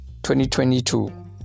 2022